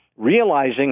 realizing